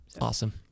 Awesome